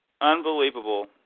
Unbelievable